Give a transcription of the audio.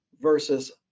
versus